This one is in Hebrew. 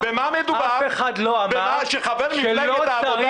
אתה מטיף מוסר.